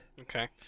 Okay